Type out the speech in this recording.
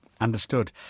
Understood